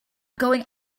going